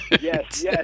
yes